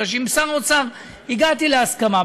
בגלל שעם שר האוצר הגעתי להסכמה,